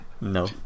No